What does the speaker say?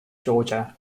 georgia